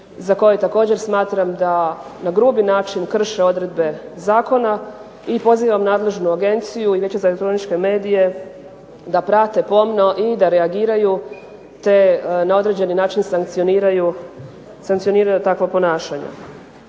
za koje također smatram da na grubi način krše odredbe zakona, i pozivam nadležnu agenciju i Vijeće za elektroničke medije da prate pomno i da reagiraju te na određeni način sankcioniraju takva ponašanja.